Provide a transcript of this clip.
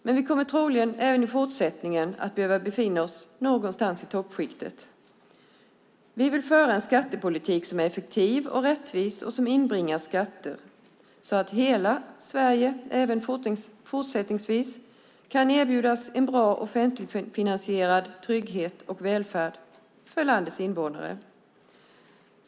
Men vi kommer troligen även i fortsättningen att behöva befinna oss någonstans i toppskiktet. Vi vill föra en skattepolitik som är effektiv och rättvis och som inbringar skatter så att hela Sverige även fortsättningsvis kan erbjudas en bra offentligfinansierad trygghet för landets invånare.